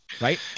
Right